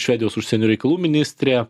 švedijos užsienio reikalų ministrė